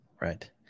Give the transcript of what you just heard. Right